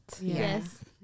Yes